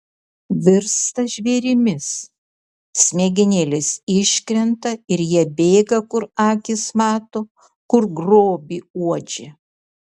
virsta žvėrimis smegenėlės iškrenta ir jie bėga kur akys mato kur grobį uodžia